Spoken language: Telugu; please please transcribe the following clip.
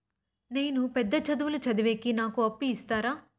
నేను పెద్ద చదువులు చదివేకి నాకు అప్పు ఇస్తారా